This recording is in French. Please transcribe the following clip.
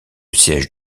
siège